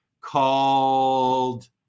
called